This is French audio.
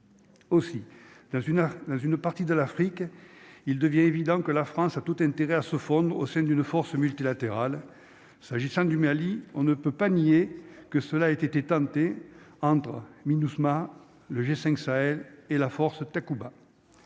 une dans une partie de l'Afrique, il devient évident que la France a tout intérêt à se fondre au sein d'une force multilatérale s'agissant du Mali, on ne peut pas nier que cela était éteinte et entre Minusma le G5 Sahel et la force Takuba